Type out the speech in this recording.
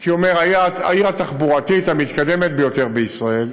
הייתי אומר, העיר התחבורתית המתקדמת ביותר בישראל,